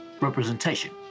Representation